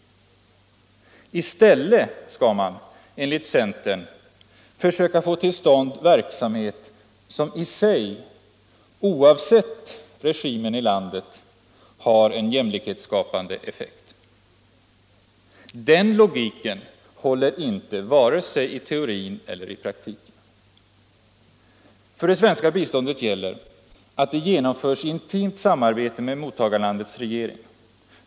I stället skall man enligt centern försöka få till stånd verksamhet som i sig — oavsett regimen i landet — har en jämlikhetsskapande effekt. Den logiken håller inte vare sig i teorin eller i praktiken. För det svenska biståndet gäller att det genomförs i intimt samarbete med mottagarlandets regering.